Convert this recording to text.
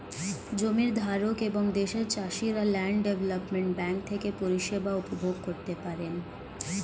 জমির ধারক এবং দেশের চাষিরা ল্যান্ড ডেভেলপমেন্ট ব্যাঙ্ক থেকে পরিষেবা উপভোগ করতে পারেন